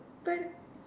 but